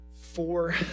four